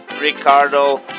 Ricardo